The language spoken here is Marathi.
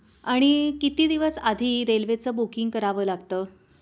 आणि किती दिवस आधी रेल्वेचं बुकिंग करावं लागतं